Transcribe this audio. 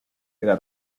era